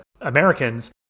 Americans